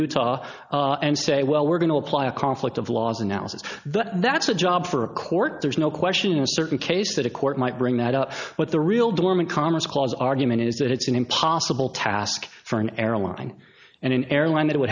utah and say well we're going to apply a conflict of laws analysis that that's a job for a court there's no question in a certain case that a court might bring that up but the real dormant commerce clause argument is that it's an impossible task for an airline and an airline that